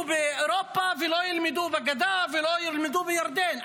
באירופה ולא ילמדו בגדה ולא ילמדו בירדן.